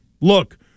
Look